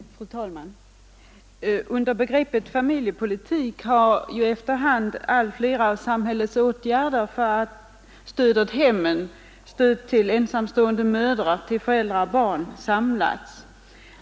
Fru talman! Under begreppet familjepolitik har efter hand allt flera av samhällets åtgärder för stöd åt hemmen, till ensamstående mödrar, till föräldrar och barn samlats.